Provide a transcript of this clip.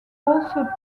also